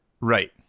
Right